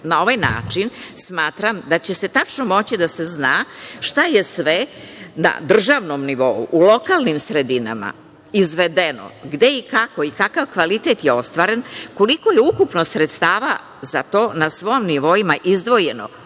ovaj način smatram da će tačno moći da se zna šta je sve na državnom nivou, u lokalnim sredinama izvedeno, gde i kako i kakav kvalitet je ostvaren, koliko je ukupno sredstava za to na svim nivoima izdvojeno